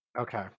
Okay